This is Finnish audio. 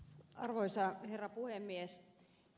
arvoisa herra puhemies